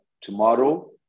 tomorrow